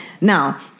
Now